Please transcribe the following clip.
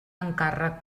encàrrec